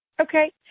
Okay